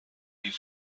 die